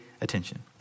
attention